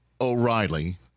O'Reilly